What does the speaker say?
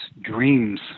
dreams